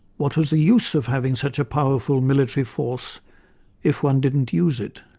what was the use of having such a powerful military force if one didn't use it?